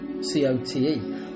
C-O-T-E